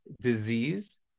disease